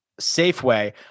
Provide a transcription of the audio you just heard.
Safeway